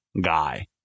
guy